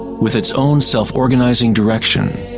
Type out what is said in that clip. with its own self-organizing direction.